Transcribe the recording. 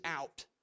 out